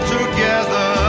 together